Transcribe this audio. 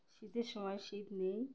শীতের সময় শীত নেই